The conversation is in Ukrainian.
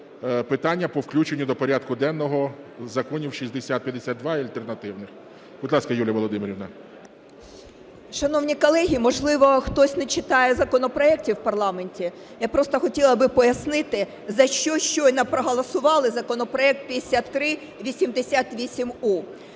питання по включенню до порядку денного законів 6052 і альтернативних. Будь ласка, Юлія Володимирівна. 11:22:44 ТИМОШЕНКО Ю.В. Шановні колеги, можливо, хтось не читає законопроекти в парламенті, я просто хотіла би пояснити, за що щойно проголосували законопроект 5388